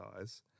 eyes